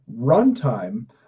runtime